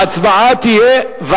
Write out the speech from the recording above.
ההצבעה תהיה,